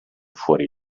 fuori